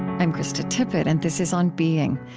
i'm krista tippett and this is on being.